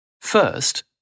First